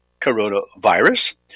coronavirus